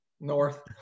north